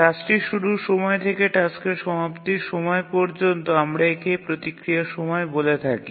টাস্কটি শুরুর সময় থেকে টাস্কের সমাপ্তির সময় পর্যন্ত আমরা একে প্রতিক্রিয়া সময় বলে থাকি